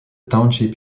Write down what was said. township